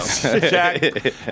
Jack